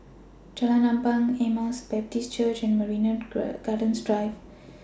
Jalan Ampang Emmaus Baptist Church and Marina Gardens Drive